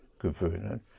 gewöhnen